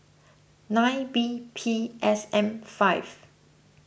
nine B P S M five